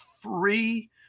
free